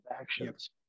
actions